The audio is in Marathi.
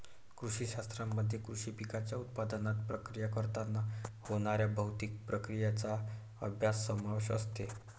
कृषी शास्त्रामध्ये कृषी पिकांच्या उत्पादनात, प्रक्रिया करताना होणाऱ्या भौतिक प्रक्रियांचा अभ्यास समावेश असते